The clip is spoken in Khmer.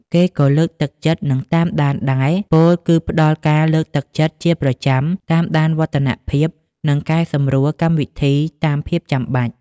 គេក៏លើកទឹកចិត្ត និងតាមដានដែរ ពោលគឺ ផ្ដល់ការលើកទឹកចិត្តជាប្រចាំ តាមដានវឌ្ឍនភាព និងកែសម្រួលកម្មវិធីតាមភាពចាំបាច់។